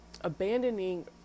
abandoning